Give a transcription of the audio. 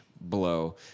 blow